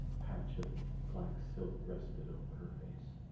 patch of black silk rested over her face.